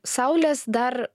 saulės dar